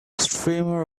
streamer